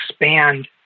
expand